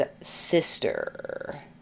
sister